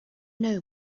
know